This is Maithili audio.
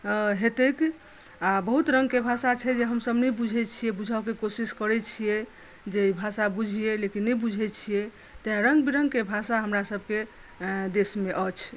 हेतैक आ बहुत रङ्गकेँ भाषा छै जे हमसभ नहि बुझै छियै बुझऽके कोशिश करै छियै जे ई भाषा बुझियै लेकिन नहि बुझै छियै तैँ रङ्ग विरङ्गके भाषा हमरा सभके देशमे अछि